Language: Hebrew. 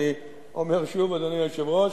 הנה, אני אומר שוב, אדוני היושב-ראש,